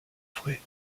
frais